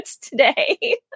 today